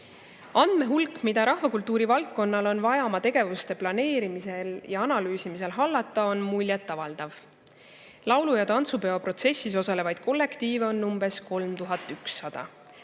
Andmehulk, mida rahvakultuuri valdkonnal on vaja oma tegevuste planeerimisel ja analüüsimisel hallata, on muljetavaldav. Laulu- ja tantsupeo protsessis osalevaid kollektiive on umbes 3100,